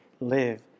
Live